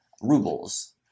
rubles